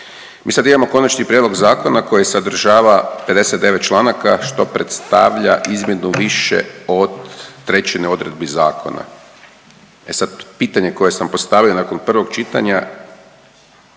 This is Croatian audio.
Mi sad imamo konačni prijedlog zakona koji sadržava 59 članaka što predstavlja izmjenu više od trećine odredbi zakona. E sad pitanje koje sam postavio nakon prvog čitanja